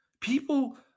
People